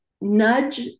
Nudge